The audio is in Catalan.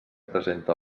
presenta